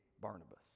barnabas